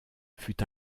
fut